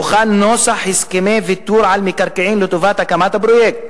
הוכן נוסח הסכמה וויתור על מקרקעין לטובת הקמת הפרויקט,